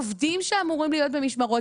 עובדים שאמורים להיות במשמרות.